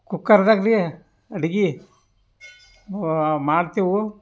ಕುಕ್ಕರ್ದಾಗ ಭಿ ಅಡ್ಗೆ ಮಾಡ್ತೀವಿ